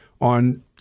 on